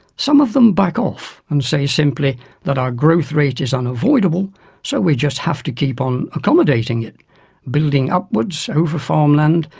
some of them back off and say simply that our growth rate is unavoidable so we just have to keep on accommodating it building upwards, over farmland,